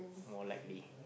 more likely